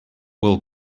will